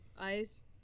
eyes